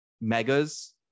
Megas